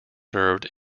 served